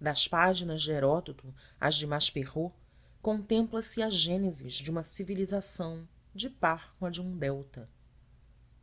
das páginas de heródoto às de maspero contempla se a gênese de uma civilização de par com a de um delta